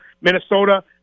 Minnesota